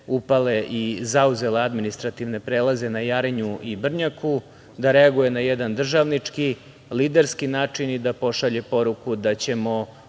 upale i zauzele administrativne prelaze na Jarinju i Brnjaku, da reaguje na jedan državnički, liderski način i da pošalje poruku da ćemo